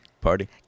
party